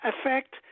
affect